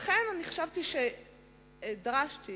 לכן דרשתי